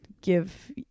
give